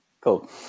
Cool